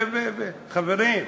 חברים,